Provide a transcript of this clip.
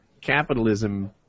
capitalism